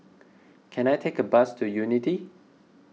can I take a bus to Unity